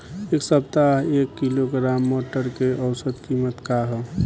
एक सप्ताह एक किलोग्राम मटर के औसत कीमत का ह?